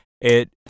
it-